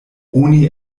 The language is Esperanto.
oni